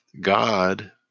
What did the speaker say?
God